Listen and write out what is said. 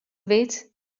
wit